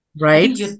Right